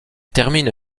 termine